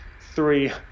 three